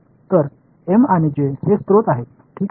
तर एम आणि जे हे स्रोत आहेत ठीक आहे